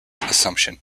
assumption